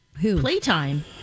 Playtime